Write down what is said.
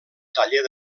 taller